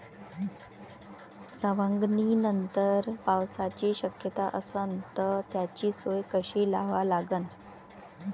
सवंगनीनंतर पावसाची शक्यता असन त त्याची सोय कशी लावा लागन?